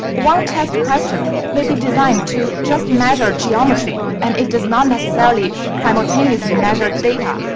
one test question may be designed to just measure geometry and it does not necessarily simultaneously measure data.